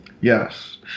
Yes